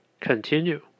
continue